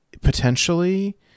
potentially